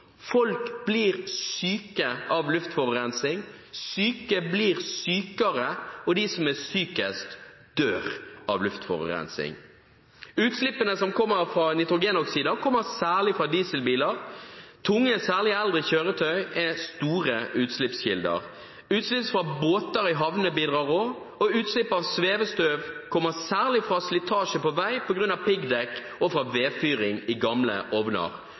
Folk blir syke av luftforurensning, syke blir sykere, og de som er sykest, dør av luftforurensning. Utslippene som kommer fra nitrogenoksider, kommer særlig fra dieselbiler. Tunge, særlig eldre, kjøretøy er store utslippskilder. Utslipp fra båter i havner bidrar også, og utslipp av svevestøv kommer særlig fra slitasje på vei på grunn av piggdekk og fra vedfyring i gamle ovner.